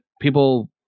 people